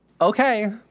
Okay